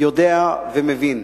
יודע ומבין.